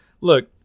look